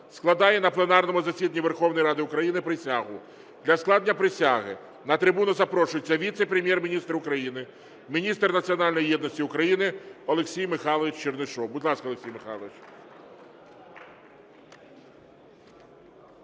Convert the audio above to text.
складає на пленарному засіданні Верховної Ради України присягу. Для складення присяги на трибуну запрошується Віце-прем'єр-міністр України – Міністр національної єдності України Олексій Михайлович Чернишов. Будь ласка, Олексій Михайлович.